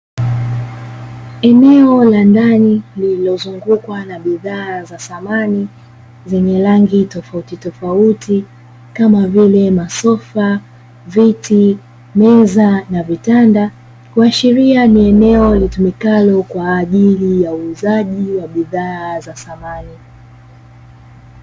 Eneo la ndani lililozungukwa na bidhaa za samani, zenye rangi tofautitofauti kama vile masofa, viti, meza na vitanda kuashiria ni eneo litumikalo kwa ajili ya uuzaji wa bidhaa za samani.